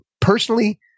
personally